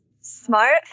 smart